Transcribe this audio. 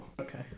Okay